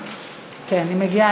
כן, היא מגיעה.